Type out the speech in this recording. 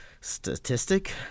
statistic